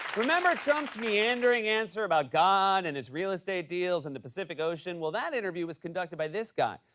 remember trump's meandering answer about god and his real-estate deals and the pacific ocean? well, that interview was conducted by this guy,